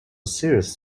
serious